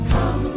Come